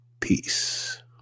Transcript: Peace